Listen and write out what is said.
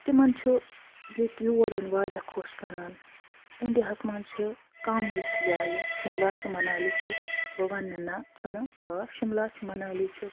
تِمَن چھُ ییٚتہِ یور یُن واریاہ خۄش کران اِنٛڈِیاہَس منٛز چھِ کَم یِژھٕ جایہِ شِملا چھُ منالی چھُ بہٕ وَنہٕ نہٕ نہٕ چھُنہٕ آ شِملا چھُ منالی چھُ